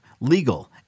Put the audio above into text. legal